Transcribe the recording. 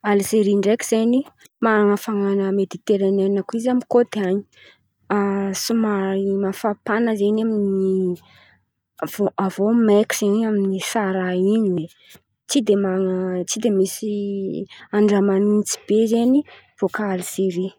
Alizery ndreky zen̈y man̈ana fa na teneniko izy amy kôty an̈y, somary mampafana zen̈y ny avô avô maiky zen̈y amisara in̈y, tsy de man̈a tsy de misy zen̈y andra manintsy be zen̈y bôka Alizery.